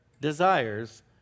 desires